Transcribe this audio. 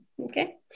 Okay